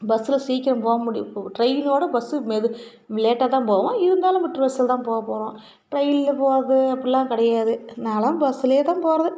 பஸ்ஸில் சீக்கிரம் போக முடியும் இப்போ டிரெயினோட பஸ்ஸு மெது லேட்டாக தான் போகும் இருந்தாலும் நம்ம தான் போவ போகறோம் டிரெயினில் போகறது அப்படின்லாம் கிடையாது நாலாம் பஸ்லயே தான் போகறது